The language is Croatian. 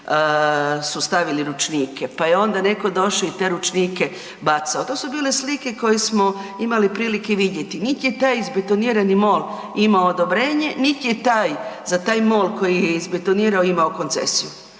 su stavili ručnike, pa je onda netko došao i te ručnike bacao, to su bile slike koje smo imali prilike vidjeti. Niti je taj izbetonirani mol imao odobrenje niti je taj, za taj mol koji je izbetonirao, imao koncesiju.